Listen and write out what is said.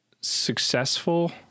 successful